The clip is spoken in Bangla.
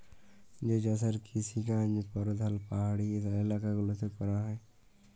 যে চাষের কিসিকাজ পরধাল পাহাড়ি ইলাকা গুলাতে ক্যরা হ্যয়